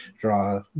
draw